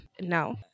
no